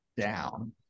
down